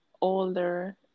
older